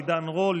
עידן רול,